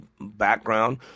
background